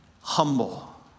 humble